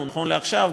נכון לעכשיו,